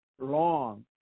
long